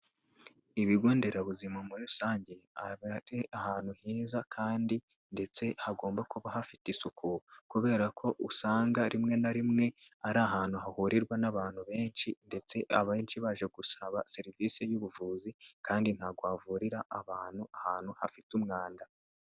Ibigo nderabuzima muri rusange aba ari ahantu heza kandi ndetse hagomba kuba hafite isuku, kubera ko usanga rimwe na rimwe ari ahantu hahurirwa n'abantu benshi ndetse abenshi baje gusaba serivisi y'ubuvuzi, kandi nta wavurira abantu ahantu hafite umwanda.